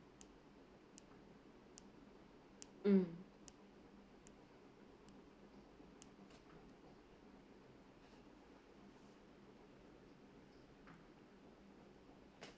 mm